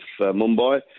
Mumbai